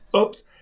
Oops